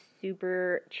super